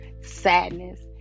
sadness